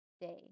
day